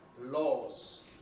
laws